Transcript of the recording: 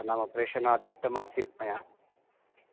नाम प्रेषणादिष्टमासीत् मया